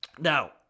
Now